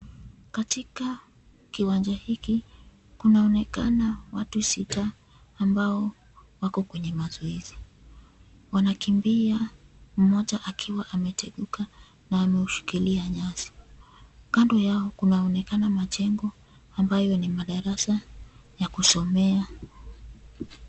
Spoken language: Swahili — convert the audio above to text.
Katika kiwanja hiki kunaonekana watu sita ambao wako kwenye mazoezi. Wanakimbia mmoja akiwa ameteguka na ameushikilia nyasi. Kando yao kunaonekana majengo ambayo ni madarasa ya kusomea.